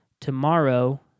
tomorrow